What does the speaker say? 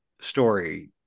story